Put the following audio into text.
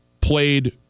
played